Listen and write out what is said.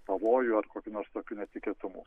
pavojų ar kokių nors tokių netikėtumų